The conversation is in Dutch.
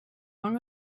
lange